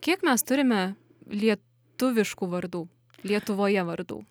kiek mes turime lie tuviškų lietuvoje vardų